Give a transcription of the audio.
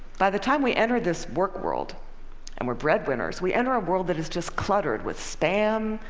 by the time we enter this work world and we're breadwinners, we enter a world that is just cluttered with spam,